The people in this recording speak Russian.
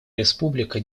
республика